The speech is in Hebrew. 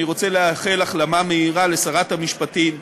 אני רוצה לאחל החלמה מהירה לשרת המשפטים,